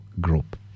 Group